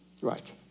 Right